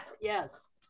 Yes